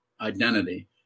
identity